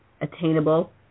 attainable